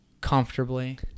comfortably